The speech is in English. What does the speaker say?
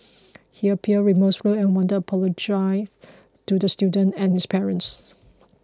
he appeared remorseful and wanted to apologise to the student and his parents